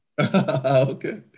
Okay